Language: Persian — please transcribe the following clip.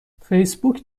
فیسبوک